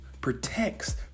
protects